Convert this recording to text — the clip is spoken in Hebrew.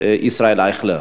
ישראל אייכלר.